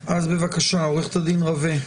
עורכת הדין רווה,